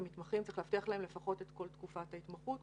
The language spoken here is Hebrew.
ולמתמחים צריך להבטיח לפחות את כל תקופת ההתמחות,